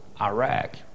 Iraq